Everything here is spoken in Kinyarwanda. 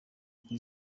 kuri